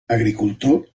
agricultor